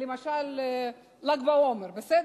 למשל ל"ג בעומר, בסדר?